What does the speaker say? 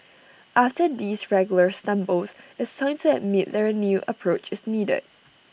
after these regular stumbles it's time to admit that A new approach is needed